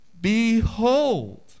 Behold